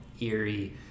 eerie